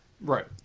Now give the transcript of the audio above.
right